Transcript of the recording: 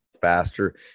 faster